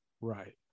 Right